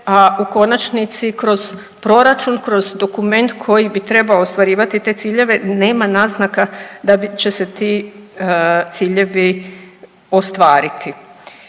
a u konačnici kroz proračun, kroz dokument koji bi trebao ostvarivati te ciljeve nema naznaka da će se ti ciljevi ostvariti.